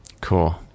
Cool